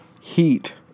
Heat